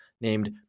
named